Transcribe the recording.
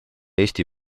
eesti